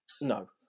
No